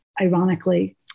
ironically